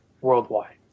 Worldwide